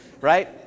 right